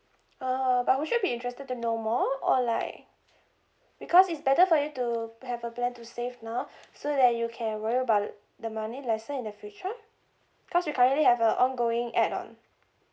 uh but would you be interested to know more or like because it's better for you to have a plan to save now so that you can worry about the money lesser in the future cause we currently have a ongoing add on